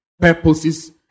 purposes